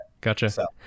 Gotcha